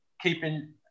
keeping